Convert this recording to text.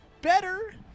better